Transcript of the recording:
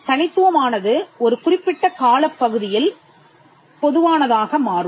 தனித்துவமானது ஒரு குறிப்பிட்ட காலப்பகுதியில் பொதுவானதாக மாறும்